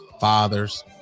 fathers